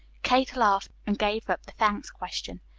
kate laughed and gave up the thanks question.